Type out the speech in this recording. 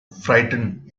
frightened